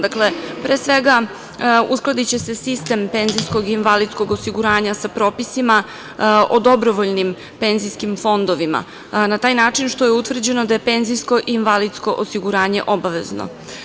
Dakle, pre svega, uskladiće se sistem penzijskog i invalidskog osiguranja sa propisima o dobrovoljnim penzijskim fondovima na taj način što je utvrđeno da je penzijsko i invalidsko osiguranje obavezno.